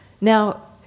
Now